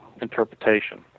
interpretation